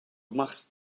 machst